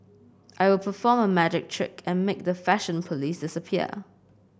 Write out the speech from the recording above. I will perform a magic trick and make the fashion police disappear